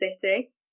city